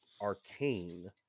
Arcane